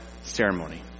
ceremony